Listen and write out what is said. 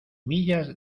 millas